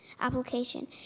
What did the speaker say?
Application